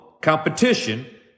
Competition